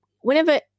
whenever